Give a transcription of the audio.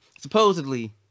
supposedly